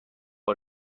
کمی